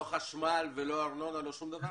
לא חשמל ולא ארנונה ולא שום דבר?